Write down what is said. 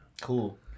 Cool